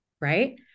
right